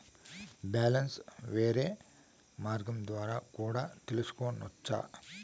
Balance వేరే మార్గం ద్వారా కూడా తెలుసుకొనొచ్చా?